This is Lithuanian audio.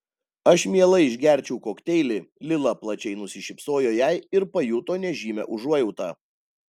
aš mielai išgerčiau kokteilį lila plačiai nusišypsojo jai ir pajuto nežymią užuojautą